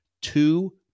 two